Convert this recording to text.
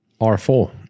R4